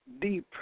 deep